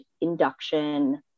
induction